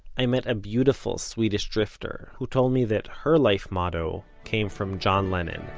i met a beautiful swedish drifter, who told me that her life motto came from john lennon